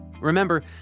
Remember